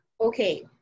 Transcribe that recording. Okay